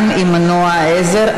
(הקמת מאגר מידע לאופניים עם מנוע עזר),